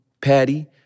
Patty